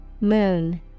Moon